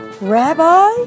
Rabbi